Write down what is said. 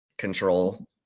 control